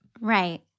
Right